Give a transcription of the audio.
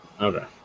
Okay